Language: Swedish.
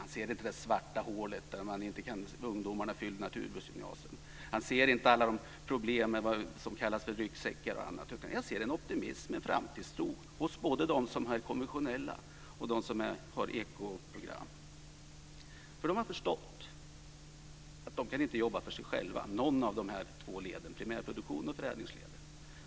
Han ser inte det svarta hålet, att ungdomarna inte fyller naturbruksgymnasierna. Han ser inte alla problem som kallas ryggsäckar osv. I stället finns en optimism och en framtidstro, både hos dem som har konventionella jordbruk och hos dem som har ekoprogram. Både primärproduktionen och förädlingsledet har förstått att de inte kan jobba för sig själva.